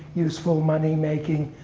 useful, moneymaking,